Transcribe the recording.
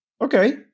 Okay